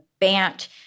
BANT